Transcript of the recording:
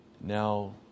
Now